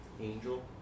angel